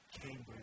Cambridge